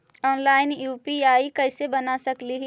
Online UPI कैसे बना सकली ही?